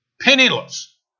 Penniless